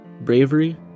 bravery